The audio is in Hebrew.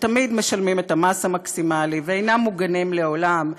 שתמיד משלמים את המס המקסימלי ואינם מוגנים לעולם,